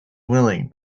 willing